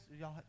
y'all